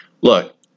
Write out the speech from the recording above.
Look